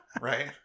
Right